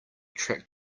track